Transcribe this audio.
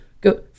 go